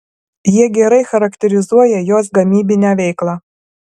jie gerai charakterizuoja jos gamybinę veiklą